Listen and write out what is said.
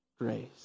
Grace